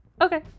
Okay